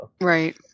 Right